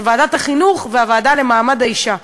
ועדת החינוך והוועדה לקידום מעמד האישה.